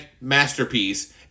masterpiece